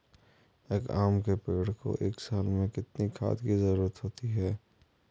एक आम के पेड़ को एक साल में कितने खाद की जरूरत होती है?